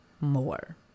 more